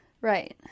right